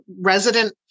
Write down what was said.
resident